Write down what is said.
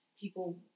people